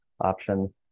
option